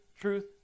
truth